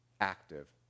active